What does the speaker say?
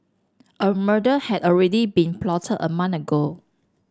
a murder had already been plotted a month ago